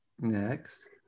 next